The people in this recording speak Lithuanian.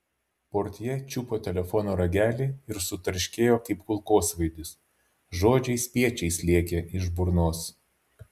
portjė čiupo telefono ragelį ir sutarškėjo kaip kulkosvaidis žodžiai spiečiais lėkė iš burnos